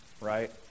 right